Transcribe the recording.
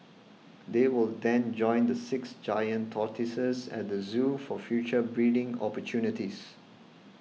they will then join the six giant tortoises at the zoo for future breeding opportunities